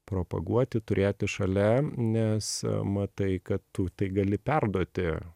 propaguoti turėti šalia nes matai kad tu tai gali perduoti